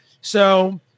So-